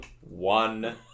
one